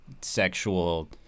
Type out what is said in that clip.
sexual